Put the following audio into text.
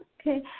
Okay